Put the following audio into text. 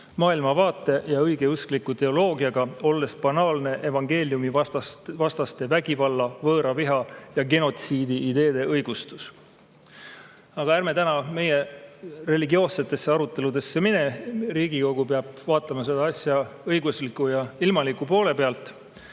maailmavaate ja õigeuskliku teoloogiaga, olles banaalne evangeeliumivastaste vägivalla, võõraviha ja genotsiidiideede õigustus. Aga ärme meie täna religioossetesse aruteludesse laskume. Riigikogu peab vaatama seda asja õigusliku ja ilmaliku poole pealt.